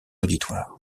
auditoire